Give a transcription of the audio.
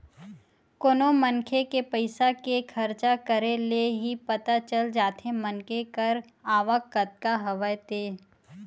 कोनो मनखे के पइसा के खरचा करे ले ही पता चल जाथे मनखे कर आवक कतका हवय ते